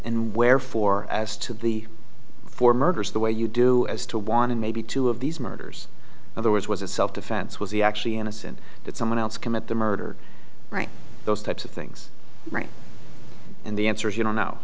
and wherefore as to the four murders the way you do as to want to maybe two of these murders other words was it self defense was he actually innocent that someone else commit the murder right those types of things right and the answer is you don't know